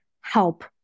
help